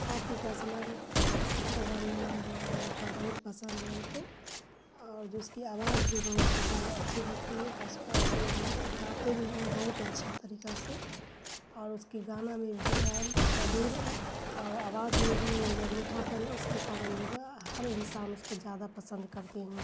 عاطف اسلم یہ سب کا گانا جو ہے میرے پاس بہت پسند ہے ہم کو اور جو اس کی آواز بھی بہت پسند ہے اچھی لگتی ہے اور جو ہے گاتے بھی ہیں بہت اچھا طریقہ سے اور اس کی گانا میں جو ہے مدھر ہے اور آواز میں بھی جو ہے میٹھا پن ہے اس کے کارن جو ہر انسان اس کو زیادہ پسند کرتے ہیں